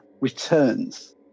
returns